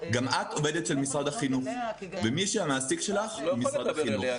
גם את עובדת של משרד החינוך ומי שהוא המעסיק שלך הוא משרד החינוך.